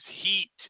heat